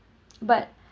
but